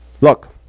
Look